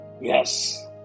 yes